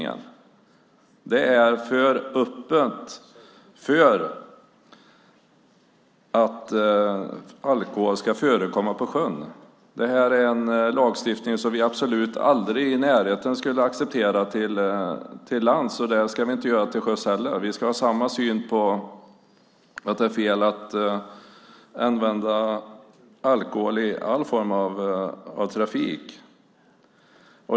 Lagen tillåter i alltför hög grad att alkohol förekommer på sjön. Det är en lagstiftning som vi absolut aldrig skulle vara i närheten av att acceptera till lands. Det ska vi inte göra till sjöss heller. Vi ska ha samma syn på att det är fel att använda alkohol i all form av trafik.